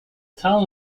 town